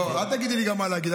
אל תגידי לי גם מה להגיד.